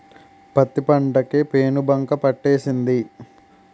పత్తి పంట కి పేనుబంక పట్టేసింది